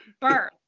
birth